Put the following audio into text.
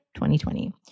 2020